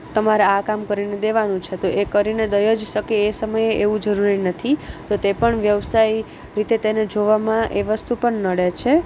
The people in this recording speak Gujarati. તમારે આ કામ કરીને દેવાનું છે તો એ કરીને દઈ જ શકે એ સમયે એવું જરૂરી નથી તો તે પણ વ્યવસાય રીતે તેને જોવામાં એ વસ્તુ પણ નડે છે